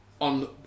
on